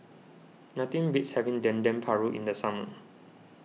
nothing beats having Dendeng Paru in the summer